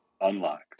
Unlocked